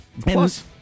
Plus